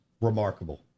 remarkable